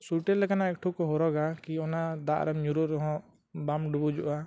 sweater ᱞᱮᱠᱟᱱᱟᱜ ᱮᱠᱴᱩ ᱠᱚ ᱦᱚᱨᱟᱜᱟ ᱠᱤ ᱚᱱᱟ ᱫᱟᱜ ᱨᱮᱢ ᱧᱩᱨᱩᱜ ᱨᱮᱦᱚᱸ ᱵᱟᱢ ᱰᱩᱵᱩᱡᱚᱜᱼᱟ